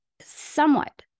somewhat